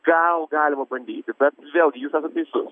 gal galima bandyti bet vėl jūs esat teisus